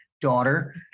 daughter